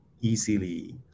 easily